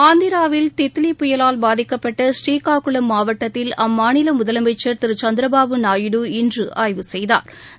ஆந்திராவில் தித்லி புயலால் பாதிக்கப்பட்ட ஸ்ரீகாகுளம் மாவட்டத்தில் அம்மாநில முதலமைச்சா் திரு சந்திரபாபு நாயுடு இன்று ஆய்வு செய்தாா்